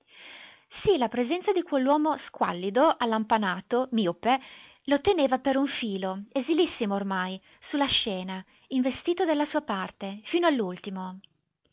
sì la presenza di quell'uomo squallido allampanato miope lo teneva per un filo esilissimo ormai su la scena investito della sua parte fino